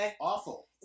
awful